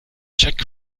check